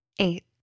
Eight